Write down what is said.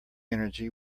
energy